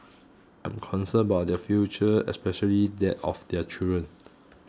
I am concerned about their future especially that of their children